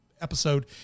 episode